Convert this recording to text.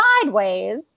sideways